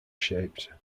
shaped